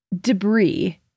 Debris